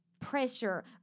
pressure